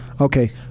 Okay